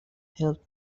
help